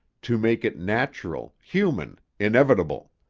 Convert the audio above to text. to make it natural, human, inevitable.